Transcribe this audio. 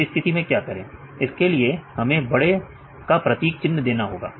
इस स्थिति में क्या करें इसके लिए हमें बड़े का प्रतीक चिन्ह देना होगा